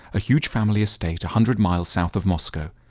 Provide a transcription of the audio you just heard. a huge family estate, a hundred miles south of moscow.